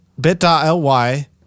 bit.ly